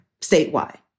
statewide